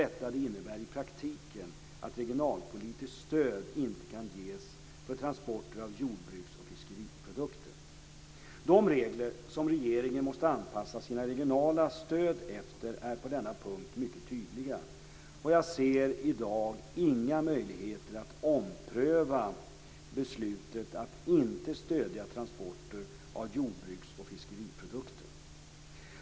Detta innebär i praktiken att regionalpolitiskt stöd inte kan ges för transporter av jordbruks och fiskeriprodukter. De regler som regeringen måste anpassa sina regionala stöd efter är på denna punkt mycket tydliga, och jag ser i dag inga möjligheter att ompröva beslutet att inte stödja transporter av jordbruks och fiskeriprodukter.